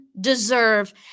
deserve